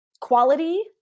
quality